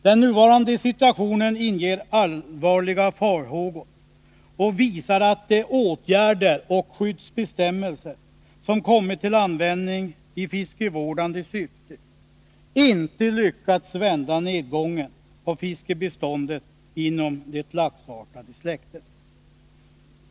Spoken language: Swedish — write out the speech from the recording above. Den nuvarande situationen inger allvarliga farhågor och visar att de åtgärder och skyddsbestämmelser som kommit till användning i fiskevårdande syfte inte lyckats vända nedgången av fiskebeståndet inom det laxartade släktet.